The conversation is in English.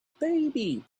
baby